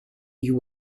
you